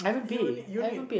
unique union